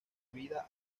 vida